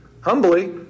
humbly